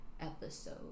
episode